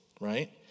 right